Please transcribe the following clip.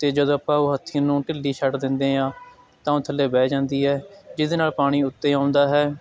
ਅਤੇ ਜਦੋਂ ਆਪਾਂ ਉਹ ਹੱਥੀ ਨੂੰ ਢਿੱਲੀ ਛੱਡ ਦਿੰਦੇ ਹਾਂ ਤਾਂ ਉਹ ਥੱਲੇ ਬਹਿ ਜਾਂਦੀ ਹੈ ਜਿਹਦੇ ਨਾਲ ਪਾਣੀ ਉੱਤੇ ਆਉਂਦਾ ਹੈ